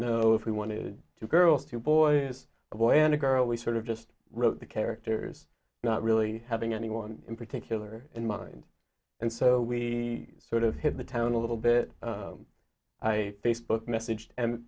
know if we wanted to girls two boys a boy and a girl we sort of just wrote the characters not really having anyone in particular in mind and so we sort of hit the town a little bit i facebook message and